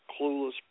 clueless